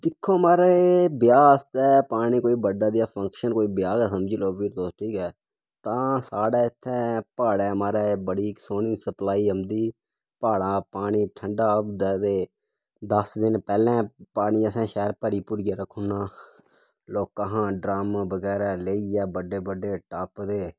दिक्खो महाराज ब्याह् आस्तै पानी कोई बड्डा जेहा फंक्शन कोई ब्याह् गै समझी लैओ के तुस ठीक ऐ तां साढ़ा इत्थै प्हाड़ा महाराज बड़ी सोह्नी सप्लाई औंदी प्हाड़ां पानी ठंड़ा होंदा ते दस दिन पैह्लें पानी असें शैल भरी भुरियै रक्खुना लोकां हा ड्रम बगैरा लेइयै बड्डे बड्डे टप्प ते